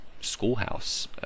schoolhouse